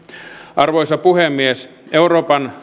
arvoisa puhemies euroopan